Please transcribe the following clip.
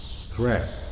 threat